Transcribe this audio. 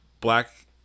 black